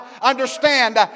understand